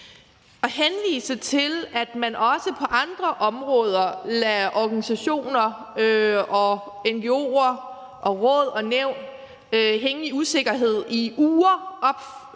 At henvise til, at man også på andre områder lader organisationer, ngo'er, råd og nævn hænge i usikkerhed i uger,